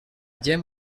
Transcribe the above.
gent